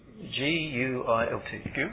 G-U-I-L-T